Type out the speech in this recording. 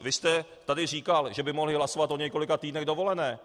Vy jste tady říkal, že by mohli hlasovat o několika týdnech dovolené.